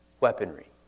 weaponry